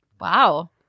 wow